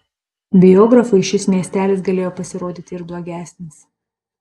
biografui šis miestelis galėjo pasirodyti ir blogesnis